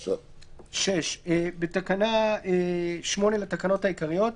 "תיקון תקנה 8 בתקנה 8 לתקנות העיקריות,